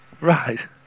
Right